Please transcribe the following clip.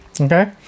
Okay